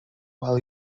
while